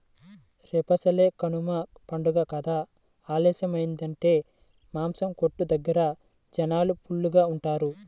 రేపసలే కనమ పండగ కదా ఆలస్యమయ్యిందంటే మాసం కొట్టు దగ్గర జనాలు ఫుల్లుగా ఉంటారు